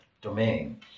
domain